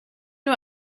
nur